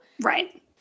Right